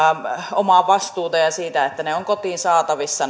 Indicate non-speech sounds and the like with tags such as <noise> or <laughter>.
omaa vastuuta ja sitä että ne palvelut ovat jatkossa kotiin saatavissa <unintelligible>